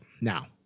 Now